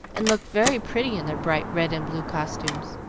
and looked very pretty in their bright red and blue costumes,